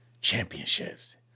championships